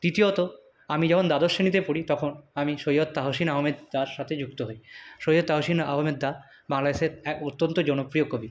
তৃতীয়ত আমি যখন দ্বাদশ শ্রেণীতে পড়ি তখন আমি সৈয়দ তাহশিন আহমেদ তার সাথে যুক্ত হই সৈয়দ তাহশিন আহমেদদা বাংলাদেশের এক অত্যন্ত জনপ্রিয় কবি